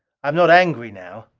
i am not angry now.